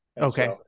Okay